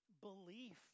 Belief